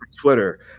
Twitter